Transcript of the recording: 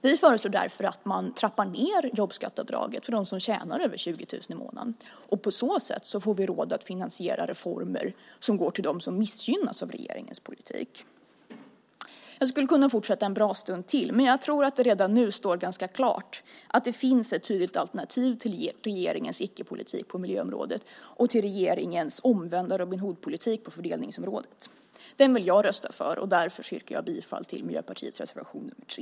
Vi föreslår därför att man trappar ned jobbskatteavdraget för dem som tjänar över 20 000 kronor i månaden. På så sätt får vi råd att finansiera reformer som går till dem som missgynnas av regeringens politik. Jag skulle kunna fortsätta en bra stund till. Men jag tror att det redan nu står ganska klart att det finns ett huvudalternativ till regeringens icke-politik på miljöområdet och regeringens omvända Robin Hood-politik på fördelningsområdet. Det vill jag rösta för. Därför yrkar jag bifall till reservation nr 3.